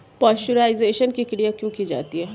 Pasteurisation की क्रिया क्यों की जाती है?